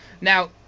Now